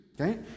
okay